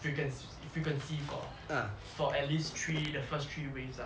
frequency frequency for for at least three the first three waves ah